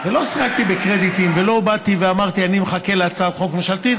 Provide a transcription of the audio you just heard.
ולא שיחקתי בקרדיטים ולא באתי ואמרתי: אני מחכה להצעת חוק ממשלתית.